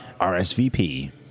RSVP